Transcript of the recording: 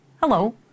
Hello